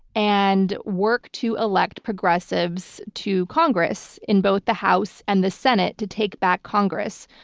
and work to elect progressives to congress in both the house and the senate to take back congress.